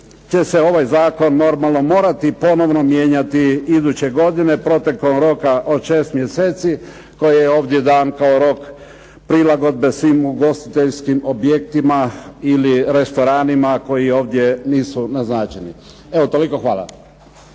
će se ovaj zakon normalno ponovno mijenjati iduće godine, protekom roka od 6 mjeseci koji je ovdje dan kao rok prilagodbe svim ugostiteljskim objektima ili restoranima koji ovdje nisu naznačeni. Evo toliko. Hvala.